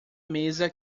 mesa